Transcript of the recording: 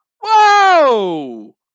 whoa